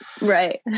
right